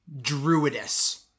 druidess